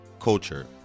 culture